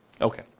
Okay